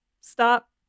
stop